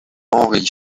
henri